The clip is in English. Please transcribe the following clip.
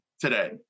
today